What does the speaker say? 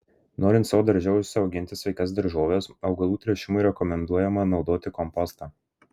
norint savo darže užsiauginti sveikas daržoves augalų tręšimui rekomenduojama naudoti kompostą